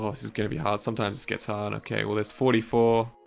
um this is going to be hard. sometimes it gets hard okay well there's forty four.